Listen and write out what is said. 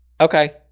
Okay